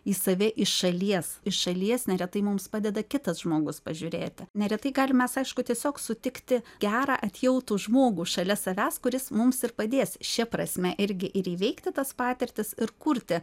į save iš šalies iš šalies neretai mums padeda kitas žmogus pažiūrėti neretai galim mes aišku tiesiog sutikti gerą atjautų žmogų šalia savęs kuris mums ir padės šia prasme irgi ir įveikti tas patirtis ir kurti